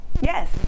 Yes